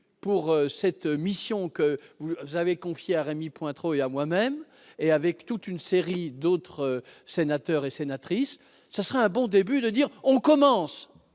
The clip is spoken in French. pour cette mission que vous avez confié à Rémy-Cointreau et à moi-même et avec toute une série d'autres sénateurs et sénatrices, ça sera un bon début de dire on commence